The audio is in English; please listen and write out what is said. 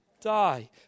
die